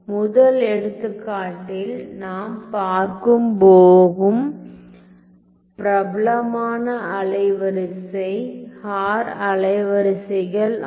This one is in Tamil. முதல் எடுத்துக்காட்டில் நாம் பார்க்க போகும் பிரபலமான அலைவரிசை ஹார் அலைவரிசைகள் ஆகும்